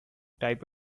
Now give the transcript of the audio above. type